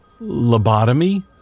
Lobotomy